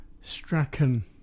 Strachan